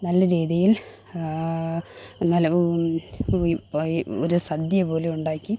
നല്ല രീതിയില് നല്ല ഒ ഒരു സദ്യ പോലെയുണ്ടാക്കി